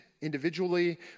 individually